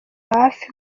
hafi